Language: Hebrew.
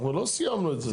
אנחנו לא סיימנו את זה,